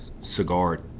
cigar